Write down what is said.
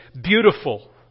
beautiful